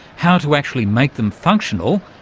how to actually make them functional,